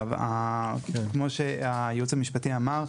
כמו שהיועץ המשפטי אמר,